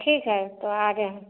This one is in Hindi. ठीक है तो आ रहे हैं